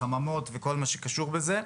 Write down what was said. חממות וכל מה שקשור בזה.